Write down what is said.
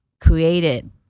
created